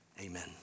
Amen